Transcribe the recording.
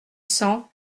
cent